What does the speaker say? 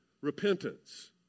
repentance